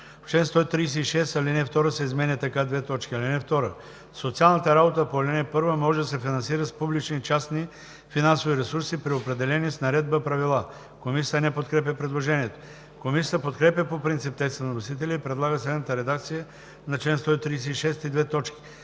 136, ал. 2 се изменя така: „(2) Социалната работа по ал. 1 може да се финансира с публични и частни финансови ресурси при определени с наредба правила.“ Комисията не подкрепя предложението. Комисията подкрепя по принцип текста на вносителя и предлага следната редакция на чл.